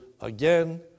again